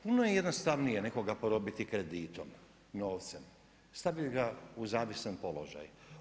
Puno je jednostavnije nekoga porobiti kreditom, novcem, staviti ga u zavisan položaj.